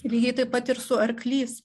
lygiai taip pat ir su arklys